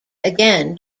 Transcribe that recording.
again